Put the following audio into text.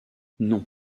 non